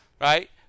right